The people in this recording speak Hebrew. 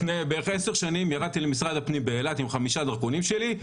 לפני בערך עשר שנים ירדתי למשרד הפנים באילת עם חמישה דרכונים שלי,